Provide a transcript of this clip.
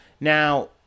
Now